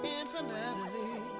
infinitely